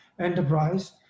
enterprise